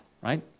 right